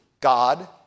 God